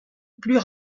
plus